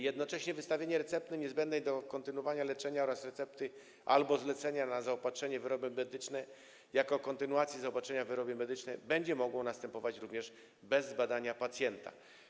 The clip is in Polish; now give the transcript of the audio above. Jednocześnie wystawienie recepty niezbędnej do kontynuowania leczenia oraz recepty albo zlecenia na zaopatrzenie w wyroby medyczne jako kontynuacji zaopatrzenia w wyroby medyczne będzie mogło następować również bez zbadania pacjenta.